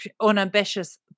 unambitious